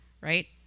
right